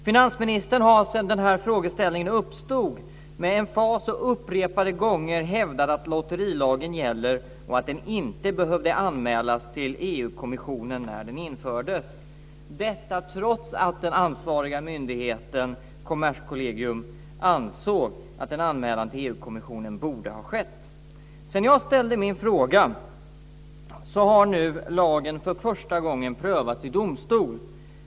Finansministern har sedan denna frågeställning uppstod med emfas upprepade gånger hävdat att lotterilagen gäller och att den inte behövde anmälas till EG-kommissionen när den infördes, trots att den ansvariga myndigheten Kommerskollegium ansåg att en anmälan till EG-kommissionen borde ha skett. Sedan jag ställde min fråga har lagen för första gången prövats i domstol.